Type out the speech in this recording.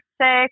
six